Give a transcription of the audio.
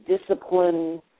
discipline